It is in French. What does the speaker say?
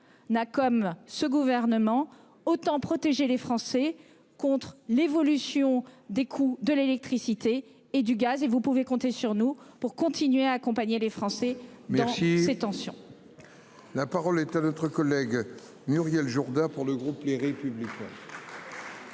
n'a comme ce gouvernement autant protéger les Français contre l'évolution des coûts de l'électricité et du gaz et vous pouvez compter sur nous pour continuer à accompagner les Français. Ces tensions. La parole est à notre collègue Muriel Jourda pour le groupe Les Républicains.